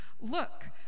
Look